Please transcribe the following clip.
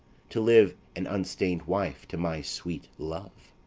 to live an unstain'd wife to my sweet love.